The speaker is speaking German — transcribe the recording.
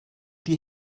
die